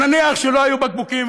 ונניח שלא היו בקבוקים,